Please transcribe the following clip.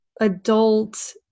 adult